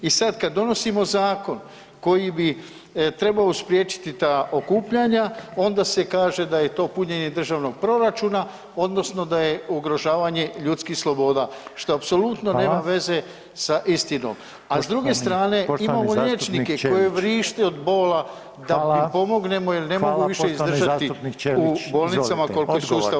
I sada kada donosimo zakon koji bi trebao spriječiti ta okupljanja onda se kaže da je to punjenje državnog proračuna odnosno da je ugrožavanje ljudskih sloboda što apsolutno nema veze sa istinom [[Upadica Reiner: Hvala.]] A s druge strane imamo liječnike koji vrište od bola da im pomognemo jer ne mogu više izdržati u bolnicama koliko je sustav